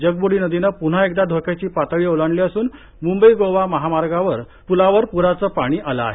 जगब्डी नदीनं प्न्हा एकदा धोक्याची पातळी ओलांडली असून म्ंबई गोवा महामार्गावरच्या प्लावर प्राचं पाणी आलं आहे